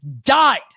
died